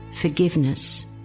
forgiveness